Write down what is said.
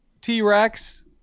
T-Rex